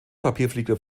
papierflieger